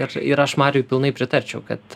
ir ir aš mariui pilnai pritarčiau kad